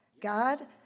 God